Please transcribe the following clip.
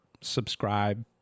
Subscribe